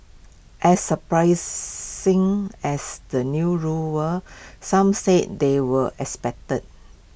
as surprising as the new rules were some say they were expected